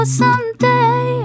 someday